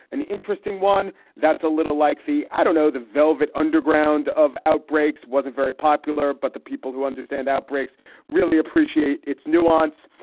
an interesting one that's a little like the i don't know, the velvet underground of outbreaks wasn't very popular, but the people who understand outbreaks really appreciate its nuance.